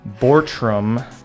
Bortram